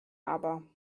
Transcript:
aber